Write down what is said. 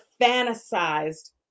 fantasized